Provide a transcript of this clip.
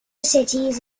cities